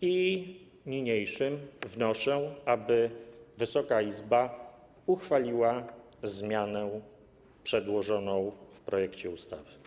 i niniejszym wnoszę, aby Wysoka Izba uchwaliła zmianę przedłożoną w projekcie ustawy.